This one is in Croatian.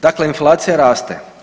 Dakle, inflacija raste.